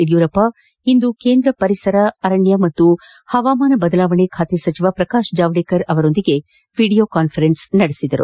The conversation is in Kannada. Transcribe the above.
ಯಡಿಯೂರಪ್ಪ ಇಂದು ಕೇಂದ್ರ ಪರಿಸರ ಅರಣ್ಯ ಮತ್ತು ಪವಾಮಾನ ಬದಲಾವಣೆ ಖಾತೆ ಸಚಿವ ಪ್ರಕಾಶ್ ಜಾವಡೇಕರ್ ಅವರೊಂದಿಗೆ ಇಂದು ವಿಡಿಯೋ ಕಾನ್ಫರೆನ್ಸ್ ನಡೆಸಿದರು